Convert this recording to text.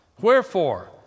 Wherefore